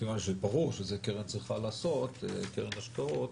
שכמובן ברור זה מה שהקרן צריכה לעשות כקרן השקעות,